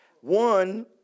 One